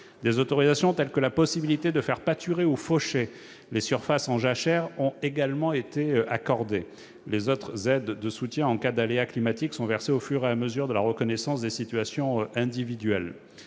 Des autorisations telles que la possibilité de faire pâturer ou faucher les surfaces en jachère ont également été accordées. Les autres aides de soutien en cas d'aléas climatiques seront versées au fur et à mesure de la reconnaissance des situations individuelles.